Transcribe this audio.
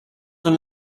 són